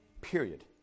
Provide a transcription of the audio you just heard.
Period